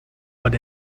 but